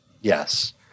Yes